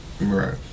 Right